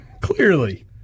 Clearly